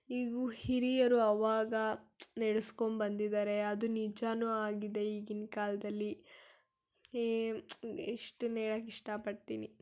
ಹೀಗೂ ಹಿರಿಯರು ಅವಾಗ ನಡೆಸ್ಕೊಂಬಂದಿದ್ದಾರೆ ಅದು ನಿಜಾನೂ ಆಗಿದೆ ಈಗಿನ ಕಾಲದಲ್ಲಿ ಇಷ್ಟನ್ನ ಹೇಳಕ್ ಇಷ್ಟಪಡ್ತೀನಿ